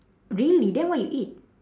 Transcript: really then what you eat